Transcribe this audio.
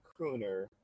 crooner